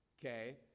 okay